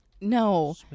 no